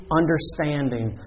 understanding